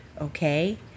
Okay